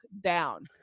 down